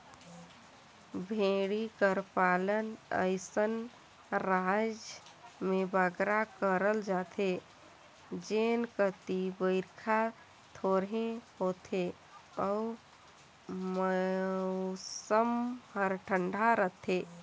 भेंड़ी कर पालन अइसन राएज में बगरा करल जाथे जेन कती बरिखा थोरहें होथे अउ मउसम हर ठंडा रहथे